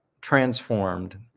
transformed